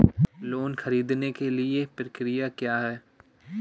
Loan ख़रीदने के लिए प्रक्रिया क्या है?